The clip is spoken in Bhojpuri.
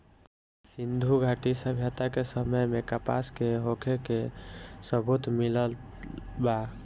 सिंधुघाटी सभ्यता के समय में कपास के होखे के सबूत मिलल बा